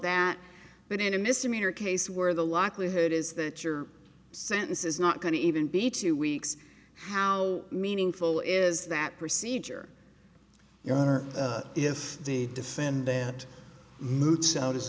that but in a misdemeanor case where the likelihood is that your sentence is not going to even be two weeks how meaningful is that procedure your honor if the defendant moots out his